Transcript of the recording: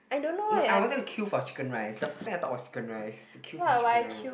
I wanted to queue for chicken rice the first thing I thought was chicken rice to queue for chicken rice